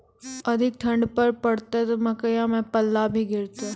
अधिक ठंड पर पड़तैत मकई मां पल्ला भी गिरते?